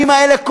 ובימים האלה,